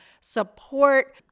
support